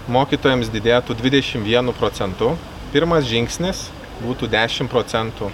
mokytojams didėtų dvidešim vienu procentu pirmas žingsnis būtų dešim procentų